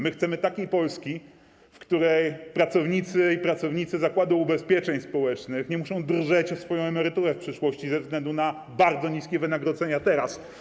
My chcemy takiej Polski, w której pracownicy i pracownice Zakładu Ubezpieczeń Społecznych nie muszą drżeć o swoją emeryturę w przyszłości ze względu na bardzo niskie wynagrodzenia teraz.